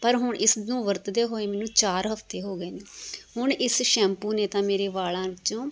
ਪਰ ਹੁਣ ਇਸ ਨੂੰ ਵਰਤਦੇ ਹੋਏ ਮੈਨੂੰ ਚਾਰ ਹਫ਼ਤੇ ਹੋ ਗਏ ਨੇ ਹੁਣ ਇਸ ਸ਼ੈਂਪੂ ਨੇ ਤਾਂ ਮੇਰੇ ਵਾਲਾਂ 'ਚੋਂ